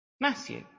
Matthew